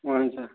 وَن سا